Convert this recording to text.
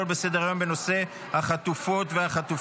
להעביר לוועדה את הצעת חוק תמיכה בביטחון תזונתי אצל תינוקות,